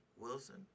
Wilson